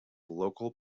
local